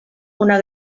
una